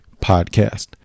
podcast